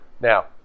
Now